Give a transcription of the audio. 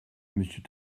monsieur